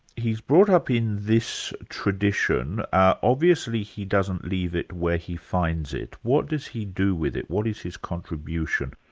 he's brought up in this tradition obviously he doesn't leave it where he finds it. what does he do with it? what is his contribution?